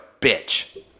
bitch